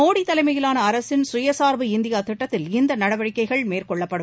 மோடி தலைமையிலான அரசின் சுயசார்பு இந்தியா திட்டத்தில் இந்த நடவடிக்கைகள் மேற்கொள்ளப்படும்